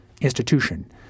institution